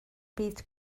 byd